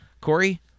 Corey